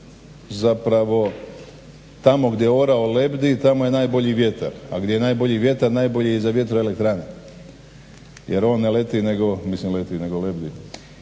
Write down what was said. zapravo tamo gdje orao lebdi tamo je najbolji vjetar, a gdje je najbolji vjetar najbolji je i za vjetroelektrane jer on ne leti, mislim leti nego lebdi.